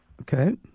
Okay